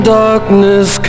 darkness